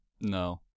No